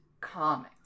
comic